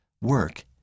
work